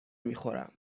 میخورم